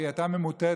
והיא הייתה ממוטטת,